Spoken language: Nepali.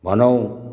भनौँ